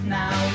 now